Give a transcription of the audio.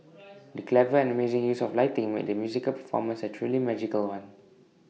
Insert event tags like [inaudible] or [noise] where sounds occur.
[noise] the clever and amazing use of lighting made the musical performance A truly magical one